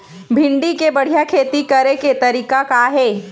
भिंडी के बढ़िया खेती करे के तरीका का हे?